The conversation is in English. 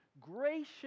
gracious